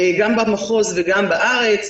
גם במחוז וגם בארץ,